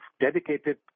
dedicated